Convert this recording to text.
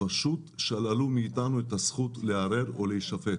שללו מאיתנו את הזכות לערער או להישפט